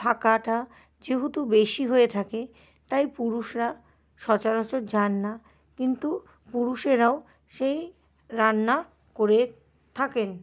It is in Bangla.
থাকাটা যেহেতু বেশি হয়ে থাকে তাই পুরুষরা সচরাচর যান না কিন্তু পুরুষেরাও সেই রান্না করে থাকেন